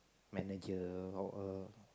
manager or a